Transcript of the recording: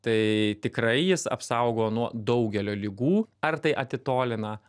tai tikrai jis apsaugo nuo daugelio ligų ar tai atitolina